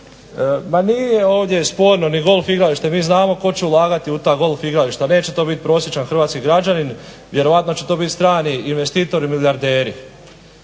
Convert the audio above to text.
Ma nije ovdje sporno ni golf igralište, mi znamo tko će ulagati u ta golf igrališta. Neće to biti prosječan hrvatski građani, vjerojatno će to bit strani investitori milijarderi.